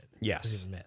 Yes